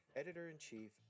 editor-in-chief